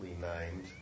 named